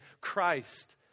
Christ